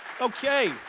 Okay